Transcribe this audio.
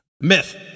Myth